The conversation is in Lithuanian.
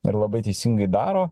ir labai teisingai daro